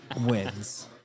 wins